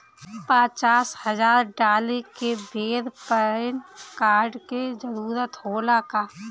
पचास हजार डाले के बेर पैन कार्ड के जरूरत होला का?